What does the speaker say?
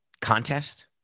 contest